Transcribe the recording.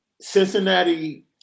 Cincinnati –